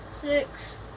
six